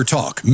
Talk